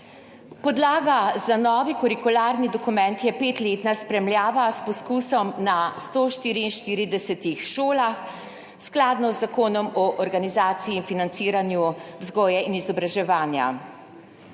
Podlaga za novi kurikularni dokument je petletna spremljava s poskusom na 144 šolah, skladno z Zakonom o organizaciji in financiranju vzgoje in izobraževanja.